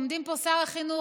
עומדים פה שר החינוך,